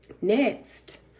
Next